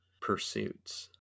pursuits